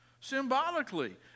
Symbolically